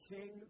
King